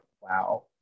wow